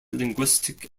linguistic